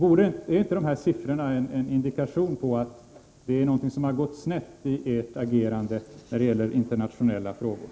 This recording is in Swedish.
Är inte de här siffrorna en indikation på att någonting har gått snett i ert agerande när det gäller internationella frågor?